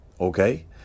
Okay